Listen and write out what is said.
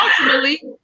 ultimately